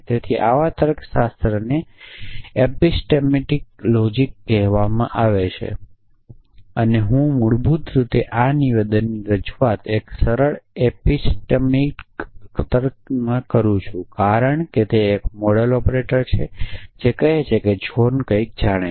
તેથી આવા તર્કશાસ્ત્રને એપિસ્ટેમિક લોજિક કહેવામાં આવે છે અને હું મૂળરૂપે આ નિવેદનની રજૂઆત એક સરળ એપિસ્ટમિક તર્કમાં કરું છું કારણ કે તે એક મોડલ ઓપરેટર છે જે કહે છે કે જ્હોન કંઈક જાણે છે